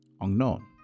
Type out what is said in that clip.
Unknown